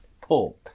Port